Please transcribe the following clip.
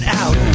out